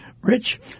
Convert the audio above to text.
Rich